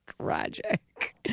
tragic